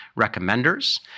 recommenders